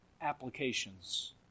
applications